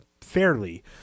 fairly